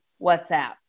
WhatsApp